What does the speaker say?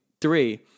three